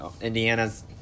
Indiana's